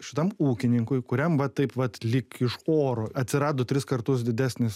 šitam ūkininkui kuriam va taip vat lyg iš oro atsirado tris kartus didesnis